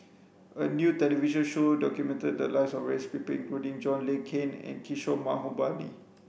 a new television show documented the lives of various people including John Le Cain and Kishore Mahbubani